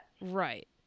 Right